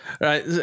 Right